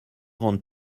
grande